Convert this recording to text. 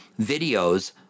videos